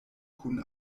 kun